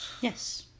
Yes